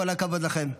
כל הכבוד לכם.